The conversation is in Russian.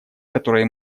которой